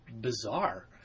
bizarre